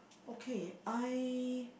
okay I